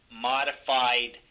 modified